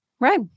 Right